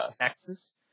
Texas